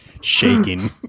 Shaking